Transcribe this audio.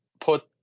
put